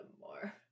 more